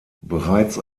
bereits